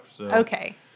Okay